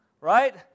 Right